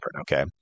Okay